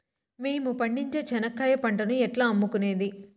మేము పండించే చెనక్కాయ పంటను ఎట్లా అమ్ముకునేది?